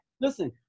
listen